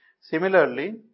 Similarly